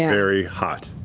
yeah very hot.